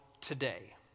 today